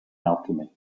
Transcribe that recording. alchemy